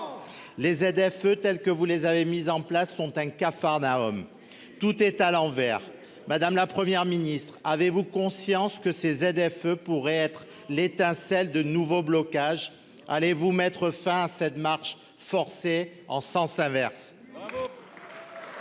Les ZFE tels que vous les avez mis en place sont un capharnaüm, tout est à l'envers madame, la Première ministre, avez-vous conscience que ces ZFE pourrait être l'étincelle de nouveaux blocages allez vous mettre fin à cette marche forcée en sens inverse.